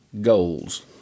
goals